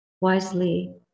wisely